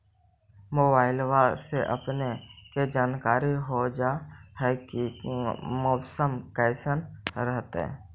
मोबाईलबा से अपने के जानकारी हो जा है की मौसमा कैसन रहतय?